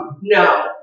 No